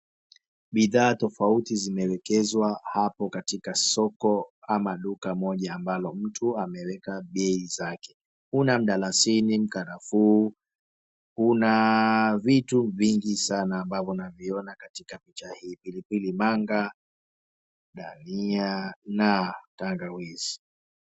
Bidhaa tofauti zimewekezwa hapo katika soko ama duka moja ambalo mtu amewekwa bei zake. Kuna mdalasini, karafuu. Kuna vitu vingi sana ambavyo unaviona katika picha hii. Pilipili manga, dania, kuna tangawizi.